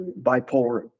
bipolar